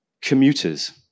commuters